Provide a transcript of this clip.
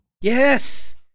Yes